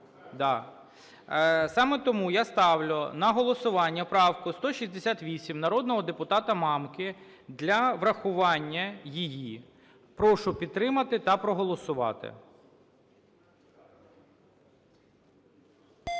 Саме тому я ставлю на голосування правку 168 народного депутата Мамки для врахування її. Прошу підтримати та проголосувати.